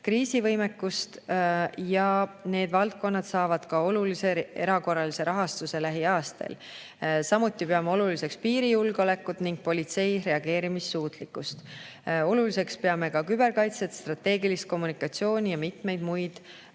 kriisivõimekust. Need valdkonnad saavad ka olulise erakorralise rahastuse lähiaastail. Samuti peame oluliseks piirijulgeolekut ning politsei reageerimissuutlikkust. Oluliseks peame ka küberkaitset, strateegilist kommunikatsiooni ja mitmeid muid